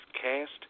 Cast